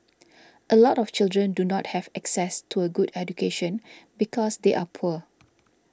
a lot of children do not have access to a good education because they are poor